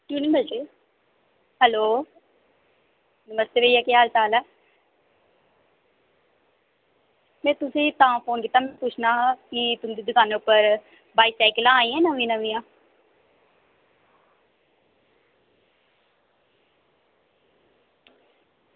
hello नमस्ते भैया केह् हाल चाल ऐ में तुसें ई तां फोन कीता में पुच्छना हा की तुं'दी दकानै पर बाईसैकलां आइयां नमीं नमियां